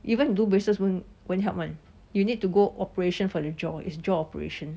even if you do braces won't help [one] you need go operation for the jaw is jaw operation